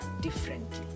differently